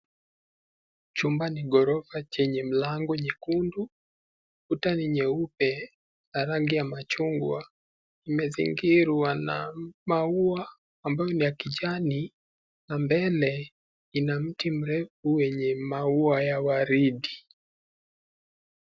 Chumba ni ghorofa chenye mlango nyekundu, kuta ni nyeupe na rangi ya machungwa. Imezingirwa na maua ambayo ni ya kijani na mbele ina mti mrefu wenye maua ya waridi.